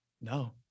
no